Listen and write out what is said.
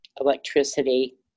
electricity